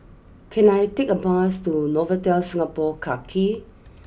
can I take a bus to Novotel Singapore Clarke Quay